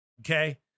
Okay